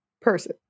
person